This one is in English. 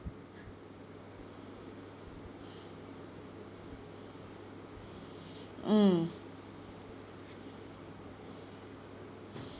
mm